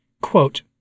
Quote